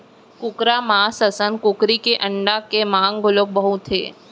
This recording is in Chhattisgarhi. कुकरा मांस असन कुकरी के अंडा के मांग घलौ बहुत हे